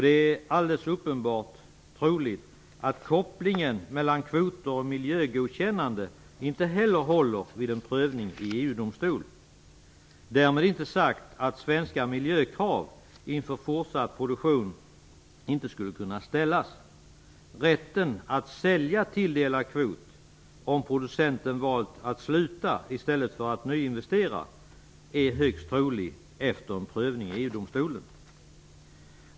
Det är alldeles uppenbart troligt att kopplingen mellan kvoter och miljögodkännande inte heller håller vid en prövning i EG-domstolen. Därmed inte sagt att man inte kan ställa svenska miljökrav inför en fortsatt produktion. Det är högst troligt att rätten att sälja tilldelad kvot skulle beviljas efter prövning i EG-domstolen, om producenten valt att sluta producera i stället för att nyinvestera.